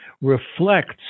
reflects